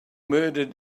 murdered